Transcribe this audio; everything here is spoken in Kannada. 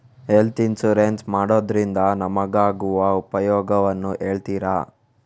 ಹೆಲ್ತ್ ಇನ್ಸೂರೆನ್ಸ್ ಮಾಡೋದ್ರಿಂದ ನಮಗಾಗುವ ಉಪಯೋಗವನ್ನು ಹೇಳ್ತೀರಾ?